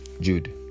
Jude